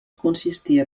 consistia